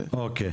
אוקיי.